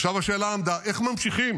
עכשיו השאלה עמדה: איך ממשיכים?